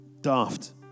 daft